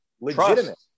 legitimate